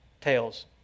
Tails